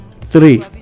Three